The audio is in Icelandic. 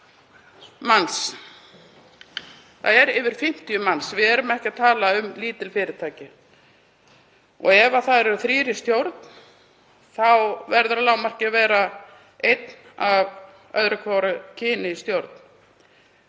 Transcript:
með yfir 50 manns. Við erum ekki að tala um lítil fyrirtæki. Ef það eru þrír í stjórn þá verður að lágmarki að vera einn af öðru hvoru kyni í stjórn.